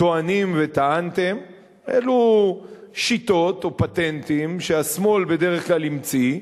טוענים או טענתם אלו שיטות או פטנטים שהשמאל בדרך כלל המציא,